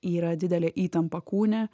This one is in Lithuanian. yra didelė įtampa kūne